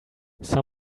some